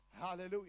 Hallelujah